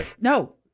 No